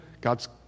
God's